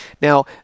Now